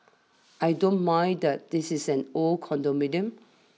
I don't mind that this is an old condominium